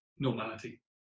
normality